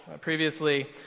previously